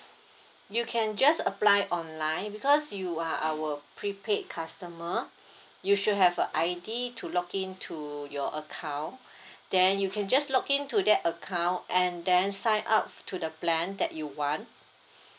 you can just apply online because you are our prepaid customer you should have a I_D to log in to your account then you can just log in to that account and then sign up to the plan that you want